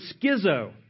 schizo